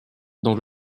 dans